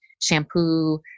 shampoo